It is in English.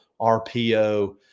RPO